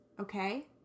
okay